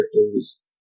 characters